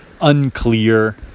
unclear